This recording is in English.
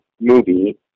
movie